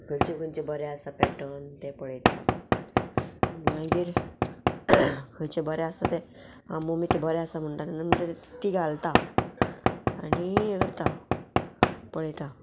खंयचे खंयचे बरे आसा पॅटन ते पळयता मागीर खंयचे बरे आसा ते हांव मम्मी ते बरे आसा म्हणटा तेन्ना ती घालता आनी हे करता पळयता